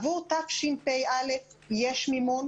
עבור תשפ"א יש מימון.